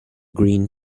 green